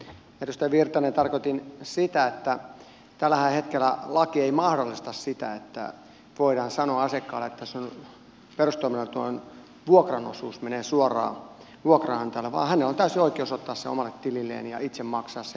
edustaja virtanen tarkoitin sitä että tällä hetkellähän laki ei mahdollista sitä että voidaan sanoa asiakkaalle että perustoimeentulosta vuokran osuus menee suoraan vuokranantajalle vaan hänellä on täysi oikeus ottaa se omalle tililleen ja itse maksaa se